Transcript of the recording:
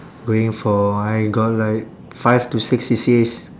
going for I got like five to six C_C_As